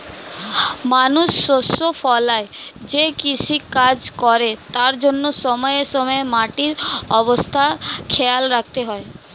মানুষ শস্য ফলায় যে কৃষিকাজ করে তার জন্যে সময়ে সময়ে মাটির অবস্থা খেয়াল রাখতে হয়